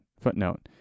Footnote